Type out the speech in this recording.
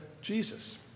Jesus